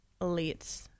elites